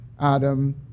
Adam